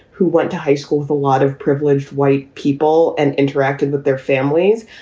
who went to high school with a lot of privileged white people and interacted with their families.